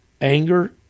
Anger